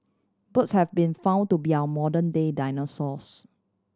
birds have been found to be our modern day dinosaurs